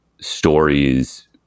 stories